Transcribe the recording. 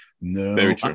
no